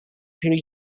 pre